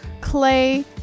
clay